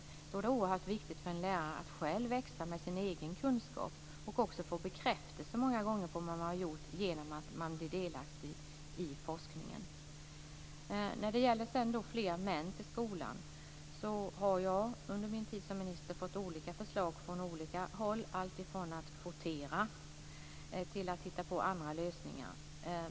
Jag tror att det är oerhört viktigt för en lärare att själv växa med sin egen kunskap och få bekräftelse på vad man har gjort genom att man blir delaktig i forskningen. När det gäller att få ännu fler män till skolan har jag under min tid som minister fått olika förslag från olika håll - alltifrån att kvotera till att hitta på andra lösningar.